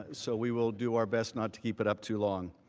ah so we will do our best not to keep it up too long.